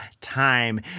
time